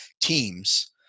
teams